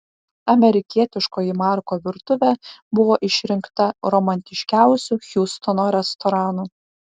amerikietiškoji marko virtuvė buvo išrinkta romantiškiausiu hjustono restoranu